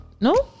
no